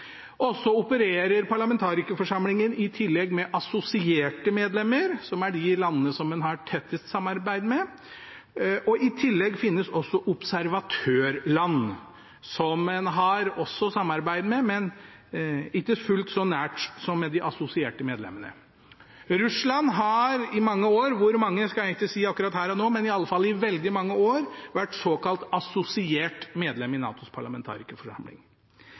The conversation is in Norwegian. parlamentarikerforsamling. Så opererer parlamentarikerforsamlingen i tillegg med assosierte medlemmer, som er de landene som en har tettest samarbeid med. I tillegg finnes også observatørland, som en også har samarbeid med, men ikke fullt så nært som med de assosierte medlemmene. Russland har i mange år – hvor mange skal jeg ikke si akkurat her og nå, men i alle fall i veldig mange år – vært såkalt assosiert medlem i NATOs parlamentarikerforsamling.